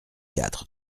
quatre